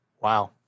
wow